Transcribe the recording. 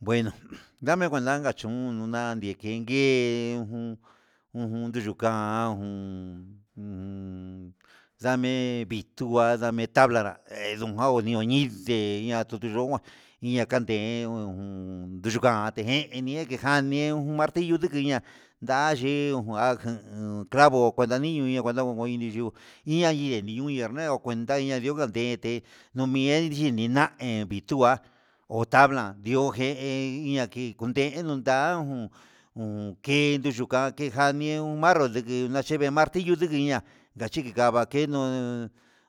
Bueno nanu ndundaka chun dekii ujun ujun ndukuka, ha jun ujun ndame nitua ndame tablara he ñujan nuku ninde natiun ndujan, iña kande ujun yunukan tien ndee injan ñe'e martillo ndukuña ndeyii onguan ján ndu clavo kuenta niño ña'a cuenta ondo ndini yuu ya'a niñenuu ndakual ña kuenta landiuka nguende noeni yinina nditua ho tabla ndi'ó nje inña kii kundenu, da'a un danike un marro nguu ndachike martillo ndukuña ndachingue ndava keno